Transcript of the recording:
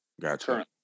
Gotcha